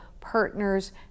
partner's